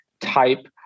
type